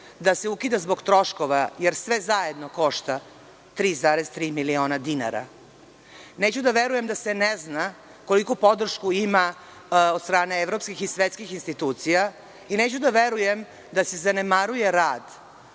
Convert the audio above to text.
da se ukida zbog troškova, jer sve zajedno košta 3,3 miliona dinara. Neću da verujem da se ne zna koliku podršku ima od strane evropskih i svetskih institucija i neću da verujem da se zanemaruje rad